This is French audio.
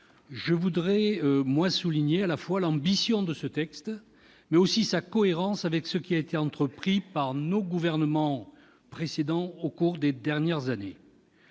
je voudrais souligner non seulement l'ambition de ce texte, mais aussi sa cohérence avec ce qui a été entrepris par nos gouvernements au cours des dernières années.